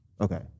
Okay